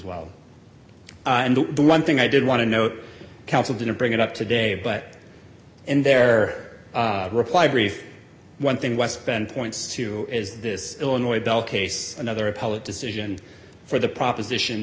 well and the one thing i did want to note counsel didn't bring it up today but in their reply brief one thing west bend points to is this illinois bell case another appellate decision for the proposition